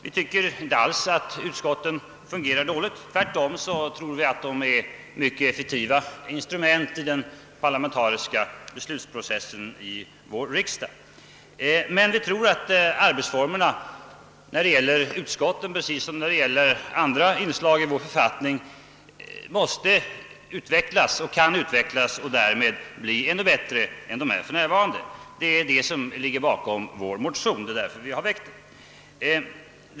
Vi tycker inte alls att utskotten fungerar dåligt. Tvärtom tror vi att de är mycket effektiva instrument i den parlamentariska beslutsprocessen i vår riksdag. Vi tror emellertid också att arbetsformerna, när det gäller utskotten precis som när det gäller andra inslag i vår författning, måste och kan utvecklas för att därmed bli ännu bättre. Det är denna tanke som ligger bakom vår motion.